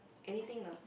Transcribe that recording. anything lah